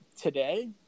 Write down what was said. Today